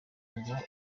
uba